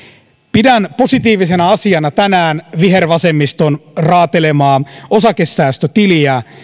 pidän positiivisena asiana vihervasemmiston tänään raatelemaa osakesäästötiliä